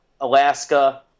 Alaska